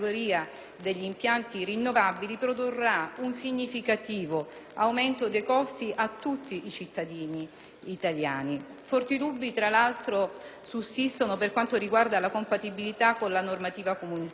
degli impianti rinnovabili produrrà un significativo aumento dei costi per tutti i cittadini italiani. Forti dubbi, tra l'altro, sussistono per quanto riguarda la compatibilità con la normativa comunitaria.